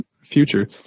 future